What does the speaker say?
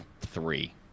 three